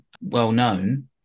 well-known